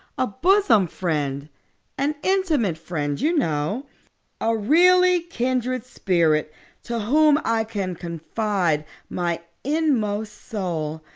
a bosom friend an intimate friend, you know a really kindred spirit to whom i can confide my inmost soul.